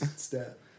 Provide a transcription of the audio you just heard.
step